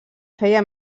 feia